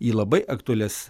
į labai aktualias